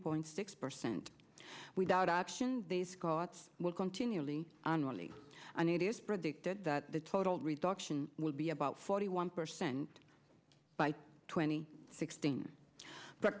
point six percent without options the scots will continually only on a d s predicted that the total reduction will be about forty one percent by twenty sixteen but